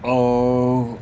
uh